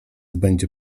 będzie